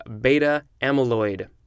beta-amyloid